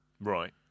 Right